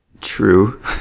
True